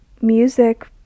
music